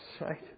right